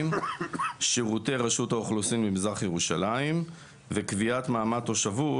שירותי רשות האוכלוסין במזרח ירושלים וקביעת מעמד תושבות